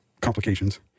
complications